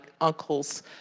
uncle's